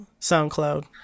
SoundCloud